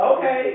Okay